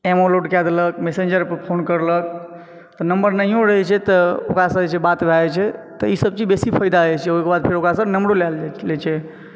ammo load कय दलक Messenger पर फोन करलक तऽ नम्बर नहियो रहै छै तऽ ओकरासँ जे छै बात भए जाइ छै तऽ ई सभ चीजसँ बेसी फाइदा छै ओहि के बाद ओकरासँ नम्बरो ले लै छै